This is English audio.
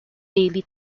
daily